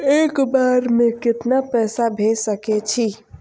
एक बार में केतना पैसा भेज सके छी?